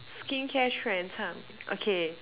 skincare trends !huh! okay